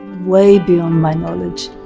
way beyond my knowledge,